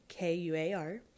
KUAR